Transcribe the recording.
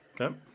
Okay